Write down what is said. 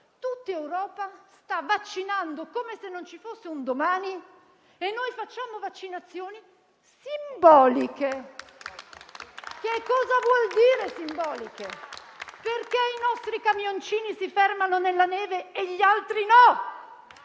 tutta Europa sta vaccinando come se non ci fosse un domani e noi facciamo vaccinazioni simboliche? Che cosa vuol dire simboliche? Perché i nostri camioncini si fermano nella neve e gli altri no?